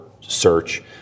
search